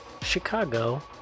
Chicago